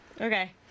Okay